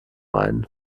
ein